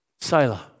Sailor